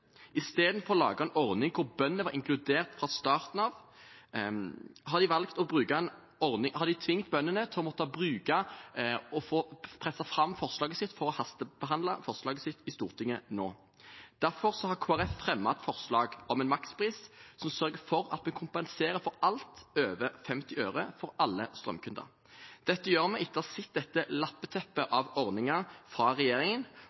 Istedenfor å lage en ordning hvor bøndene var inkludert fra starten av, har man tvunget bøndene til å måtte bruke krefter på å få fram forslaget sitt for å hastebehandle det i Stortinget nå. Derfor har Kristelig Folkeparti fremmet et forslag om en makspris som sørger for at vi kompenserer for alt over 50 øre for alle strømkunder. Dette gjør vi etter å ha sett dette lappeteppet av ordninger fra regjeringen